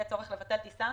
יהיה צורך לבטל טיסה.